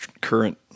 current